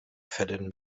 fällen